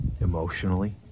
Emotionally